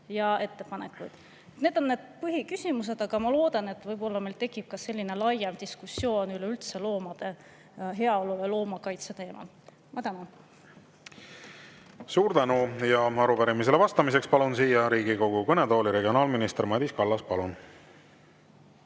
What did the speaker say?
ja ettepanekuid? Need on põhiküsimused, aga ma loodan, et meil tekib ka laiem diskussioon üleüldse loomade heaolu ja loomakaitse teemal. Ma tänan! Suur tänu! Arupärimisele vastamiseks palun siia Riigikogu kõnetooli regionaalminister Madis Kallase. Palun!